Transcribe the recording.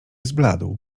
zbladł